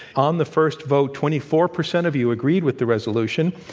on the first vote, twenty four percent of you agreed with the resolution.